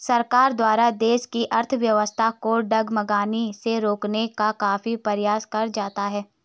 सरकार द्वारा देश की अर्थव्यवस्था को डगमगाने से रोकने का काफी प्रयास करा जाता है